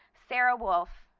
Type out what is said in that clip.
sara wolf,